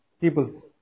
people